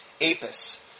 Apis